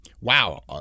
wow